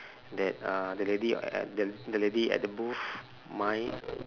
that uh the ladt at at the lady at the booth my